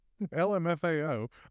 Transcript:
LMFAO